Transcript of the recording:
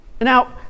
Now